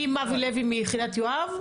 עם אבי לוי מיחידת יואב?